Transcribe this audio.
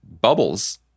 bubbles